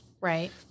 Right